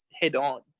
head-on